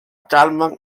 calma